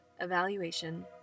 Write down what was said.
evaluation